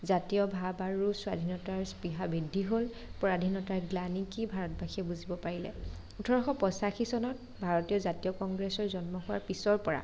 জাতীয় ভাৱ আৰু স্বাধীনতাৰ স্পৃহা বৃদ্ধি হ'ল পৰাধীনতাৰ গ্লানি কি ভাৰতবাসীয়ে বুজিব পাৰিলে ওঠৰশ পঁচাশী চনত ভাৰতীয় জাতীয় কংগ্ৰেছৰ জন্ম হোৱাৰ পিছৰ পৰা